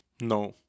no